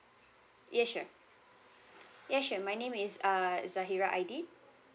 yes sure yes sure my name is uh zahira aidi